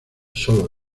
sólo